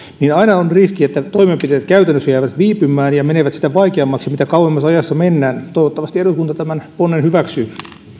niin aina on riski että toimenpiteet käytännössä jäävät viipymään ja menevät sitä vaikeammiksi mitä kauemmas ajassa mennään toivottavasti eduskunta tämän ponnen hyväksyy